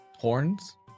Horns